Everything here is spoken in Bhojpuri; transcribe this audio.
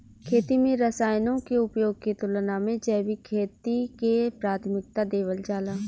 खेती में रसायनों के उपयोग के तुलना में जैविक खेती के प्राथमिकता देवल जाला